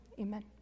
amen